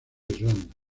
irlanda